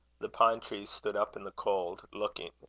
the pine-trees stood up in the cold, looking,